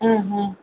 ஆ ஆ